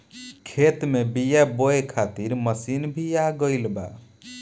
खेत में बीआ बोए खातिर मशीन भी आ गईल बा